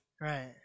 Right